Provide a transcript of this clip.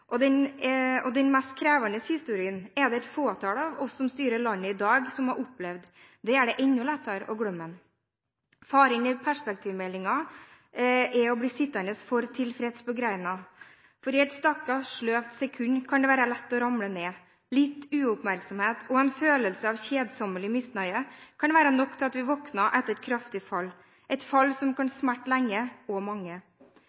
og den mest krevende historien er det et fåtall av oss som styrer landet i dag, som har opplevd. Det er det enda lettere å glemme. Faren med perspektivmeldingen er å bli sittende for tilfreds på greina, for i et stakket sløvt sekund kan det være lett å ramle ned. Litt uoppmerksomhet og en følelse av kjedsommelig misnøye kan være nok til at vi våkner etter et kraftig fall, et fall som kan smerte lenge og mange,